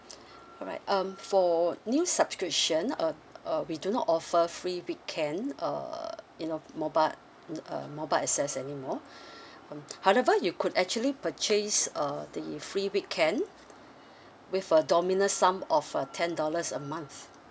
alright um for new subscription uh uh we do not offer free weekend uh in our mobile mm uh mobile access anymore however you could actually purchase err the free weekend with a dominance some of uh ten dollars a month